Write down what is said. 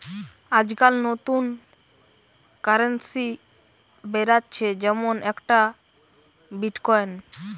আজকাল নতুন কারেন্সি বেরাচ্ছে যেমন একটা বিটকয়েন